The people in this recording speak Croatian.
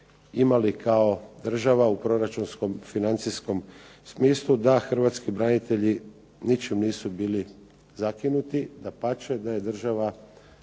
imali kao država u proračunskom, financijskom smislu, da hrvatski branitelji ničim nisu bili zakinuti, dapače da je država